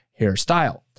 hairstyle